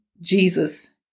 Jesus